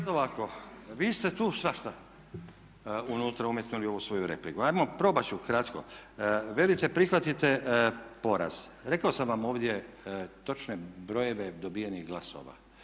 ovako, vi ste tu svašta unutra umetnuli u ovu svoju repliku. Ajmo, probati ću ukratko. Velite, prihvatite poraz. Rekao sam vam ovdje točne brojeve dobivenih glasova.